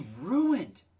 ruined